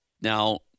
Now